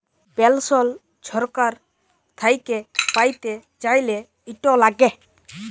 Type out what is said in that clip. পেলসল ছরকার থ্যাইকে প্যাইতে চাইলে, ইট ল্যাগে